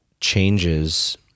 changes